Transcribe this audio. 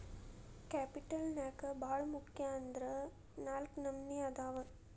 capital ನ್ಯಾಗ್ ಭಾಳ್ ಮುಖ್ಯ ಅಂದ್ರ ನಾಲ್ಕ್ ನಮ್ನಿ ಅದಾವ್